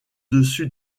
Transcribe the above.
dessus